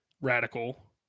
radical